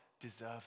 deserve